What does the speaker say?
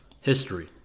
history